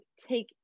take